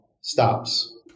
stops